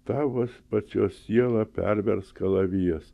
tavo pačios sielą pervers kalavijas